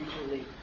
usually